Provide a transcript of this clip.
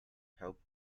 helped